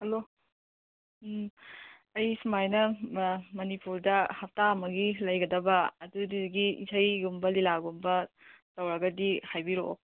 hello um ꯑꯩ ꯁꯨꯃꯥꯏꯅ ꯃꯅꯤꯄꯨꯔꯗ ꯍꯞꯇꯥ ꯑꯃꯒꯤ ꯂꯩꯒꯗꯕ ꯑꯗꯨꯗꯨꯒꯤ ꯏꯁꯩꯒꯨꯝꯕ ꯂꯤꯂꯥꯒꯨꯝꯕ ꯇꯧꯔꯒꯗꯤ ꯍꯥꯏꯕꯤꯔꯛꯑꯣ